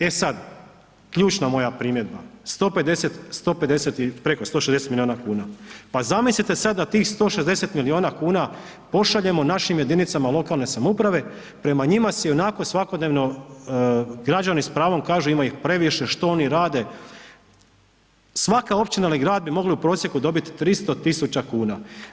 E sad ključna moja primjedba, 150 i preko 160 milijuna kuna, pa zamislite da sada tih 160 milijuna kuna pošaljemo našim jedinicama lokalne samouprave prema njima se i onako svakodnevno građani s pravom kažu ima ih previše što oni rade, svaka općina ili grad bi mogli u prosjeku dobiti 300.000 kuna.